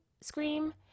scream